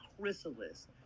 chrysalis